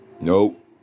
Nope